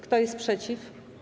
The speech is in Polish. Kto jest przeciw?